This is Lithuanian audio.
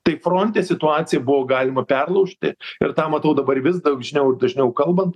tai fronte situaciją buvo galima perlaužti ir tą matau dabar vis dažniau ir dažniau kalbant